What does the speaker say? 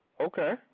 Okay